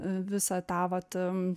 visą tą vat